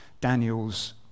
Daniel's